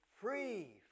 free